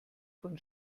von